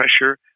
pressure